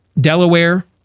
Delaware